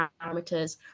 parameters